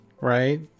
right